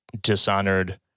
dishonored